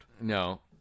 No